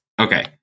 Okay